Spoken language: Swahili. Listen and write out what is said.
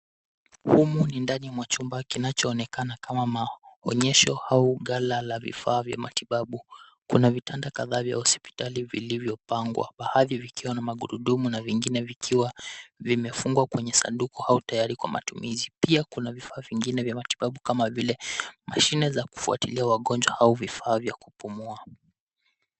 Humu ni ndani mwa chumba kinachoonekana kama maonyesho ama ghala la vifaa vya matibabu. Kuna vitanda kadhaa vya hospitali vilivyopangwa baadhi vikiwa na magurudumu na vingine vikiwa vimefungwa kwenye sanduku au tayari kwa matumizi. Pia kuna vifaa vingine vya matibabu kama vile mashine za kufuatilia wagonjwa au vifaa vya kupumua.